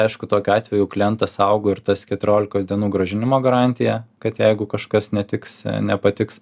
aišku tokiu atveju klientas saugo ir tas keturiolikos dienų grąžinimo garantija kad jeigu kažkas netiks nepatiks